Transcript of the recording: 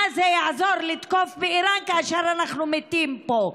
מה זה יעזור לתקוף באיראן כאשר אנחנו מתים פה.